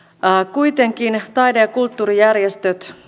kuitenkin taide ja kulttuurijärjestöt